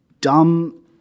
dumb